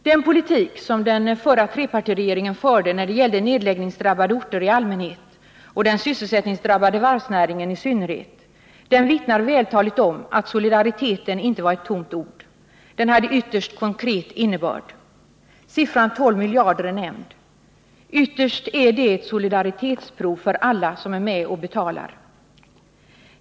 Den politik som den förra trepartiregeringen förde när det gällde nedläggningsdrabbade orter i allmänhet och den sysselsättningsdrabbade varvsnäringen i synnerhet vittnar vältaligt om att solidariteten inte bara varit ett tomt ord. Den hade en ytterst konkret innebörd. Siffran 12 miljarder är nämnd. Ytterst är det ett solidaritetsprov för alla som är med och betalar.